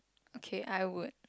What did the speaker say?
okay I would